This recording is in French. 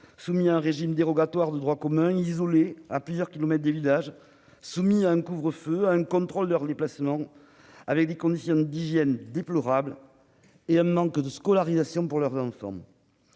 soumis à un régime dérogatoire du droit commun, isolés à plusieurs kilomètres des villages, devant subir un couvre-feu et le contrôle de leurs déplacements. Ils connurent des conditions d'hygiène déplorables et subirent le manque de scolarisation de leurs enfants.